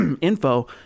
info